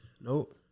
Nope